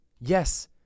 Yes